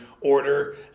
order